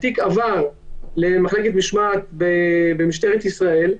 התיק עבר למחלקת משמעת במשטרת ישראל.